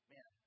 Man